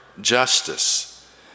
justice